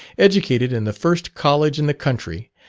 educated in the first college in the country,